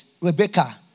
Rebecca